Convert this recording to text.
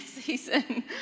season